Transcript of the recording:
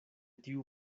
tiu